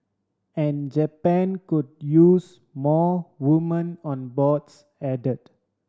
and Japan could use more woman on boards added